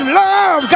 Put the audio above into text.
love